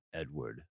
Edward